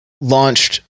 launched